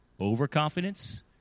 Overconfidence